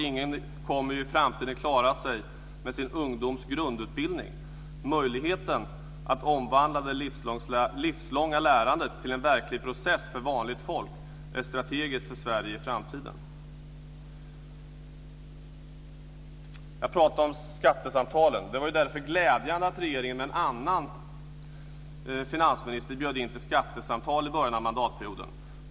Ingen kommer i framtiden att klara sig med sin ungdoms grundutbildning. Möjligheten att omvandla det livslånga lärandet till en verklig process för vanligt folk är strategiskt för Sverige i framtiden. Jag talade om skattesamtalen. Det var glädjande att regeringen - med en annan finansminister - bjöd in till skattesamtal i början av mandatperioden.